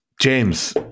James